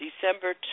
December